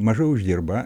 mažai uždirba